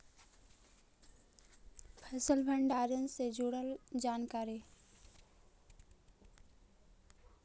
फसल भंडारन से जुड़ल जानकारी?